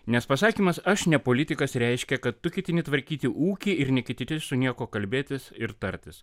nes pasakymas aš ne politikas reiškia kad tu ketini tvarkyti ūkį ir neketini su niekuo kalbėtis ir tartis